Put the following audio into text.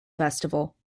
festival